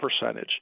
percentage